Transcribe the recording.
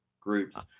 groups